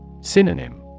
Synonym